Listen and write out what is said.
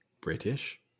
British